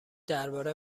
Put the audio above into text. درباره